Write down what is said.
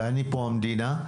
ואני המדינה,